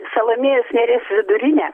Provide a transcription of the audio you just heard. salomėjos nėries vidurinę